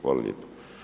Hvala lijepo.